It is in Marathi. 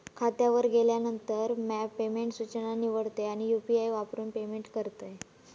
खात्यावर गेल्यानंतर, म्या पेमेंट सूचना निवडतय आणि यू.पी.आई वापरून पेमेंट करतय